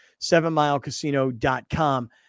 SevenMileCasino.com